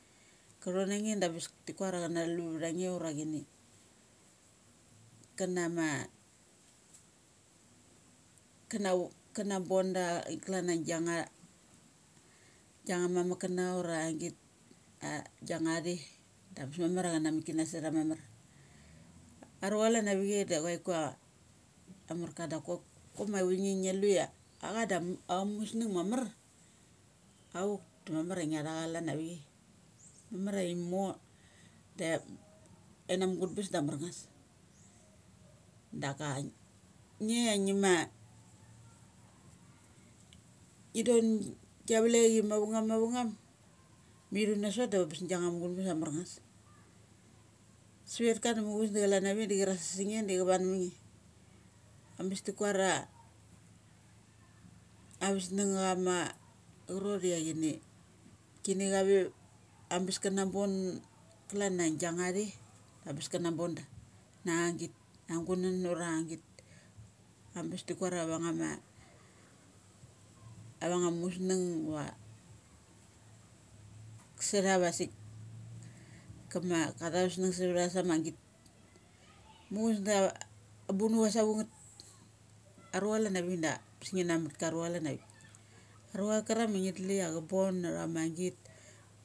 Ka thon angnge da bes ti kuar a chana lu vtha nge ura chini kana ma kana vo kana bonda klan a giang nga giang nga mamuk kana ura da giang nge there da bes mamar ia chana mik kana sa cha mamar. Aru cha chalan avi chai da chuaika amar ka dok kok chok ma chavi nge ngia lu ia a da ava musnung mamar auk da mamar a ngia tha cha chalan avi chai. mamar ia imo de ai namu gun bes da am mar ngus. Daka nge ia ngi ma ngi don, ngi don gia valek a chi mavang num, mava ngum, mi thu nasot dam bes giang nga mugun bes am mar ngas. Savet ka da muchus da chalan avik da charas sa, sang ne da, cha vung nama nge. Ambes ti kuara ava snung achama a charot ia chini. Kini chave ambes kana bon ambes na giang nga there, ambes kana bonda na nge git. Ang nge guman ura ang nge git ambes tu kura ang nga ma, avange musnung iva satha vasik kama ka tha vusnung sa vatha sama git. muchus da ambunu cha sa vung ngeth. Am cha cholan avik da ambes ngi na mat ka ru cha chalan avik arucha cha karak ma ngi lu ia cha bon ura mat git.